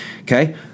okay